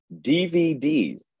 DVDs